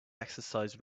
exercise